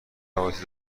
رابطه